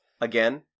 again